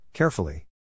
Carefully